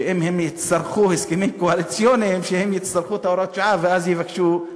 שאם הם יצטרכו הסכמים קואליציוניים שהם יצטרכו את הוראת השעה ואז יבקשו.